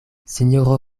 sinjoro